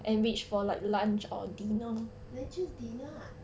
then choose dinner ah